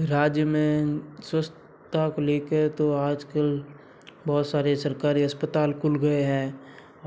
राज्य में स्वस्थता को लेकर तो आजकल बहुत सारे सरकारी अस्पताल खुल गए हैं